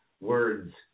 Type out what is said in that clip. words